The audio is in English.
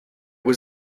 was